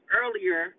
earlier